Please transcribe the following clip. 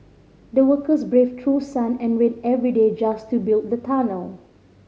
the workers braved through sun and rain every day just to build the tunnel